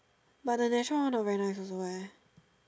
but the natural one not very nice also leh